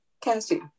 Cassie